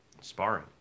sparring